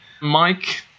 Mike